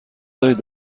دارید